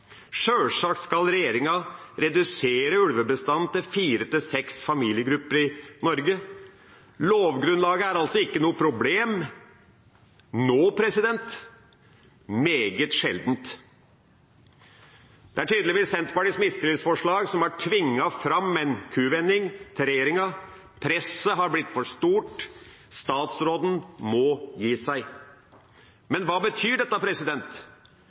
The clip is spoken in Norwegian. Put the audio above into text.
sjølsagt skal regjeringa redusere ulvebestanden til fire–seks familiegrupper i Norge. Lovgrunnlaget er altså ikke noe problem nå – meget sjeldent. Det er tydeligvis Senterpartiets mistillitsforslag som har tvunget fram en kuvending hos regjeringa. Presset har blitt for stort, statsråden må gi seg. Men hva betyr dette?